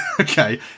Okay